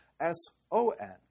S-O-N